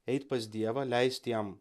eit pas dievą leist jam